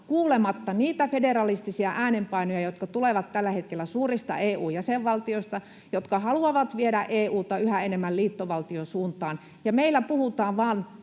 niitä federalistisia äänenpainoja, jotka tulevat tällä hetkellä suurista EU-jäsenvaltioista, jotka haluavat viedä EU:ta yhä enemmän liittovaltion suuntaan, ja meillä puhutaan vain